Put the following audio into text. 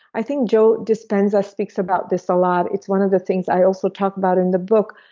i think joe dispenza speaks about this a lot, it's one of the things i also talk about in the book,